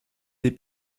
des